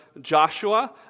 Joshua